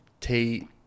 Tate